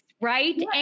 right